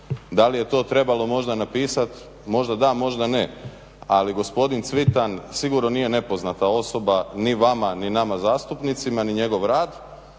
Da li je to trebalo možda napisati? Možda da, možda ne. Ali gospodin Cvitan sigurno nije nepoznata osoba ni vama ni nama zastupnicima ni njegov rad,